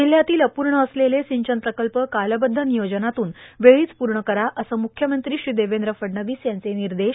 जिल्ह्यातील अपूर्ण असलेलं सिंचन प्रकल्प कालबद्ध नियोजनातून वेळीच पूर्ण करा असे मुख्यमंत्री श्री देवेंद्र फडणवीस यांचे निर्देश